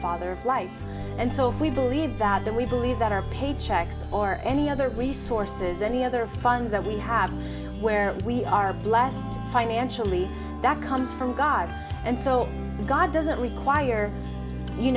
father lights and so if we believe that we believe that our paychecks or any other resources any other funds that we have where we are blessed financially that comes from god and so god doesn't require you